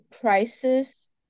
prices